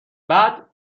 بعد